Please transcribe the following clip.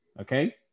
okay